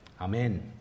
amen